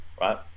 right